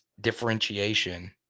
differentiation